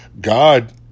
God